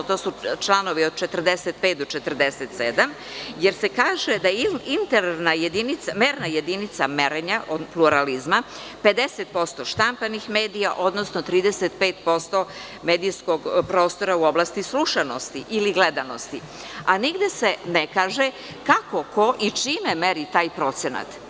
To su članovi 45. do 47. jer se kaže da merna jedinica merenja pluralizma, 50% štampanih medija, odnosno 35% medijskog prostora u oblasti slušanosti ili gledanosti, a nigde se ne kaže kako, ko i čime meri taj procenat.